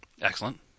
Excellent